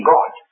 God